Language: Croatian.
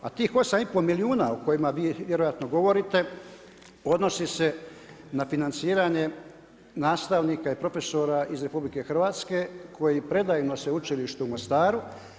A tih 8,5 milijuna o kojima vi vjerojatno govorite odnosi se na financiranje nastavnika i profesora iz RH koji predaju na sveučilištu u Mostaru.